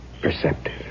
perceptive